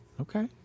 Okay